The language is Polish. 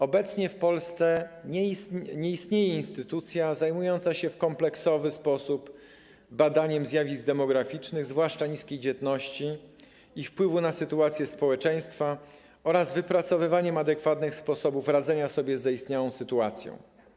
Obecnie w Polsce nie istnieje instytucja zajmująca się w kompleksowy sposób badaniem zjawisk demograficznych, zwłaszcza niskiej dzietności, ich wpływu na sytuację społeczeństwa oraz wypracowywaniem adekwatnych sposobów radzenia sobie z zaistniałą sytuacją.